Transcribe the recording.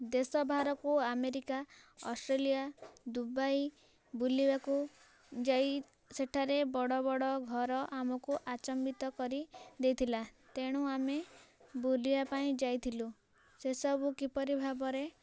ଦେଶ ବାହାରକୁ America Australia Dubai ବୁଲିବାକୁ ଯାଇ ସେଠାରେ ବଡ଼ ବଡ଼ ଘର ଆମକୁ ଆଚମ୍ବିତ କରିଦେଇଥିଲା ତେଣୁ ଆମେ ବୁଲିବା ପାଇଁ ଯାଇଥିଲୁ ସେ ସବୁ କିପରି ଭାବରେ